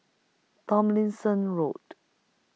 Tomlinson Road